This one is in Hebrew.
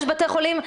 שיבא,